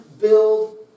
build